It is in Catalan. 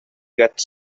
gats